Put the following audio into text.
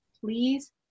please